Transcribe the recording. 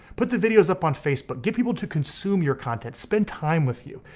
put the videos up on facebook. get people to consume your content, spend time with you.